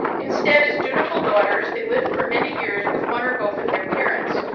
instead as dutiful daughters they lived for many years with one or both of their parents.